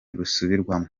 rusubirwamo